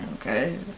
okay